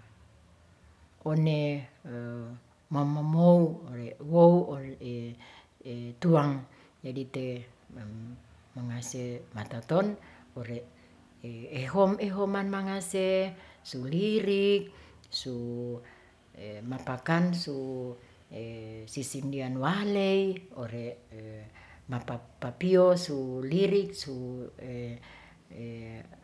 one mamomow ore uwow ore tuang jadite mangase mataton ore ehom ehoman mangase, su lirik su mapakan su sisindian waley ore mapa papios su lirik su.